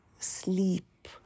sleep